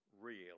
real